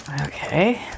Okay